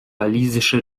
walisische